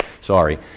Sorry